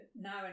now